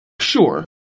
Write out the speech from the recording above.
Sure